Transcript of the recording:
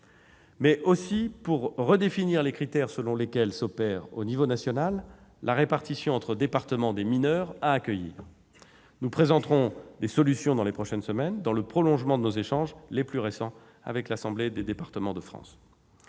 mais aussi pour redéfinir les critères selon lesquels s'opère à l'échelon national la répartition entre départements des mineurs à accueillir. Nous présenterons des solutions dans les prochaines semaines, dans le prolongement de nos échanges les plus récents avec l'Assemblée des départements de France.